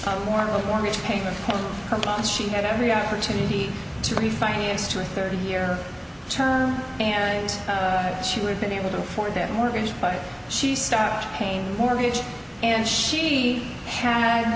more of a mortgage payment plus she had every opportunity to refinance to a thirty year term and she would have been able to afford their mortgage but she stopped paying mortgage and she had